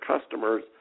customers